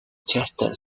chester